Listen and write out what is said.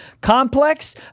Complex